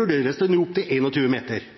vurderes det nå opp til 21 meter.